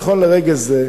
נכון לרגע זה,